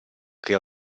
che